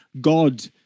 God